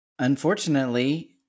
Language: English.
Unfortunately